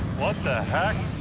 what the heck?